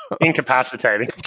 Incapacitating